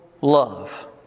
love